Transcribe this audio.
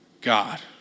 God